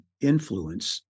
influence